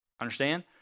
understand